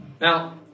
Now